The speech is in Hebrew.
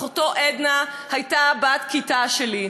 אחותו עדנה הייתה בת כיתה שלי.